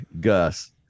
gus